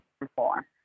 reform